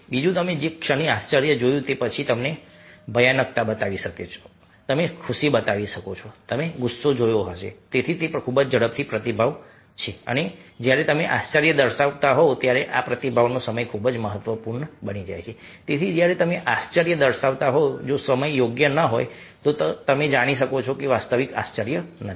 બીજું તમે જે ક્ષણે આશ્ચર્ય જોયું તે પછી તમે ભયાનકતા બતાવી શકો છો તમે ખુશી બતાવી શકો છો તમે ગુસ્સો જોયો હશે તેથી તે ખૂબ જ ઝડપી પ્રતિભાવ છે અને જ્યારે તમે આશ્ચર્ય દર્શાવતા હોવ ત્યારે આ પ્રતિભાવનો સમય ખૂબ જ મહત્વપૂર્ણ બની જાય છે તેથી જ્યારે તમે આશ્ચર્ય દર્શાવતા હોવ જો સમય યોગ્ય ન હોય તો તમે જાણો છો કે તે વાસ્તવિક આશ્ચર્ય નથી